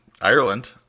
Ireland